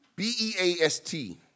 B-E-A-S-T